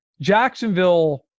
Jacksonville